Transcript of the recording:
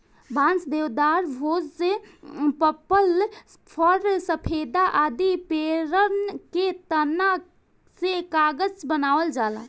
बांस, देवदार, भोज, पपलर, फ़र, सफेदा आदि पेड़न के तना से कागज बनावल जाला